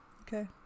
Okay